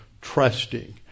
trusting